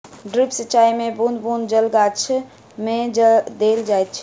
drip सिचाई मे बूँद बूँद जल गाछ मे देल जाइत अछि